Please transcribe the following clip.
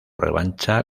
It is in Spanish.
revancha